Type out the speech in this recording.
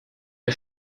der